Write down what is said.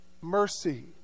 mercy